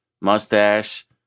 mustache